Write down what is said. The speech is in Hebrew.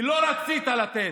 כי לא רצית לתת.